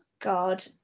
God